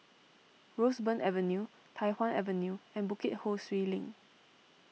Roseburn Avenue Tai Hwan Avenue and Bukit Ho Swee Link